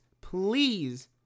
please